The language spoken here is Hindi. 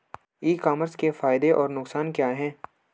ई कॉमर्स के फायदे और नुकसान क्या हैं?